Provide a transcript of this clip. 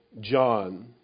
John